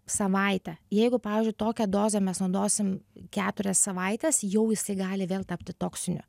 savaitę jeigu pavyzdžiui tokią dozę mes naudosim keturias savaites jau jisai gali vėl tapti toksiniu